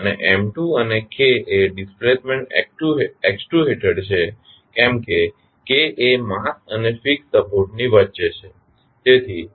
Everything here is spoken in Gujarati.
અને અને એ ડિસ્પ્લેસમેન્ટ હેઠળ છે કેમ કે એ માસ અને ફિક્સ્ડ સપોર્ટ ની વચ્ચે છે